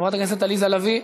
חברת הכנסת עליזה לביא,